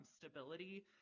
stability